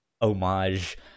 homage